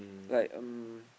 like um